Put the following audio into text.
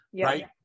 Right